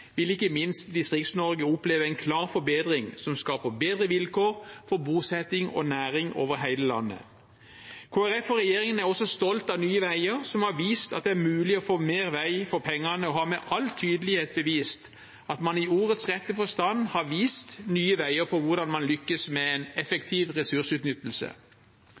vil ikke minst Distrikts-Norge oppleve en klar forbedring som skaper bedre vilkår for bosetting og næring over hele landet. Kristelig Folkeparti og regjeringen er også stolt av Nye Veier, som har vist at det er mulig å få mer vei for pengene, og som i ordets rette forstand med all tydelighet har vist nye veier for hvordan man lykkes med en effektiv ressursutnyttelse.